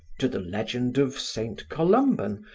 to the legend of saint columban,